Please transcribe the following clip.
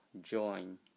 join